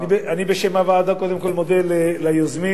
בשם הוועדה אני מודה ליוזמים.